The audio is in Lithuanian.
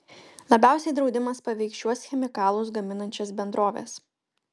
labiausiai draudimas paveiks šiuos chemikalus gaminančias bendroves